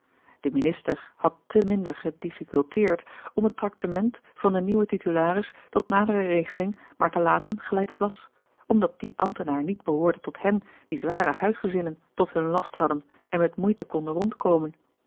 de minister had te minder gedifficulteerd om het tractement van den nieuwen titularis tot nadere regeling maar te laten gelijk het was omdat die ambtenaar niet behoorde tot hen die zware huisgezinnen tot hun last hadden en met moeite konden rondkomen